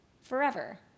forever